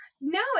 No